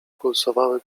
pulsowały